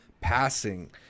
Passing